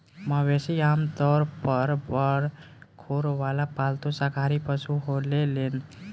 मवेशी आमतौर पर बड़ खुर वाला पालतू शाकाहारी पशु होलेलेन